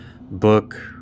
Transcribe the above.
book